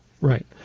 right